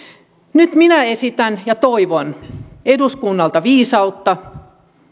nyt minä esitän ja toivon eduskunnalta viisautta